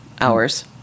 Hours